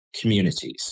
communities